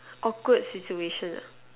awkward situation ah